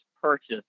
purchase